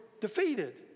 defeated